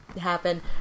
happen